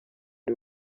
ari